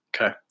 Okay